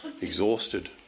exhausted